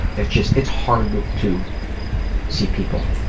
it's just, it's hard to see people.